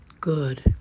Good